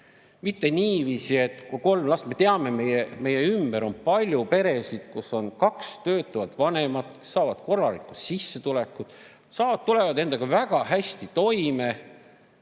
mitte niiviisi, et kui on kolm last ... Me teame, meie ümber on palju peresid, kus on kaks töötavat vanemat, kes saavad korralikku sissetulekut, tulevad endaga väga hästi toime.